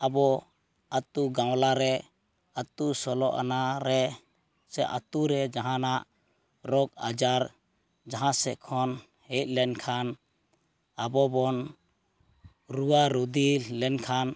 ᱟᱵᱚ ᱟᱛᱩ ᱜᱟᱣᱞᱟᱨᱮ ᱟᱛᱩ ᱥᱳᱞᱳ ᱟᱱᱟᱨᱮ ᱥᱮ ᱟᱛᱩᱨᱮ ᱡᱟᱦᱟᱱᱟᱜ ᱨᱳᱜᱽ ᱟᱡᱟᱨ ᱡᱟᱦᱟᱥᱮᱜ ᱠᱷᱚᱱ ᱦᱮᱡ ᱞᱮᱱᱠᱷᱟᱱ ᱟᱵᱚᱵᱚᱱ ᱨᱩᱣᱟᱹ ᱨᱚᱫᱤ ᱞᱮᱱᱠᱷᱟᱱ